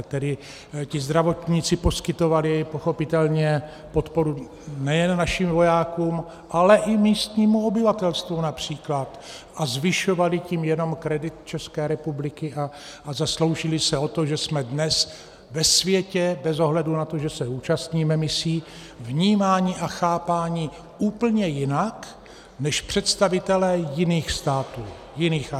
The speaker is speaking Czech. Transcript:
Tedy zdravotníci poskytovali pochopitelně podporu nejen našim vojákům, ale i místnímu obyvatelstvu například, a zvyšovali tím jenom kredit České republiky a zasloužili se o to, že jsme dnes ve světě bez ohledu na to, že se účastníme misí, vnímáni a chápáni úplně jinak než představitelé jiných států, jiných armád.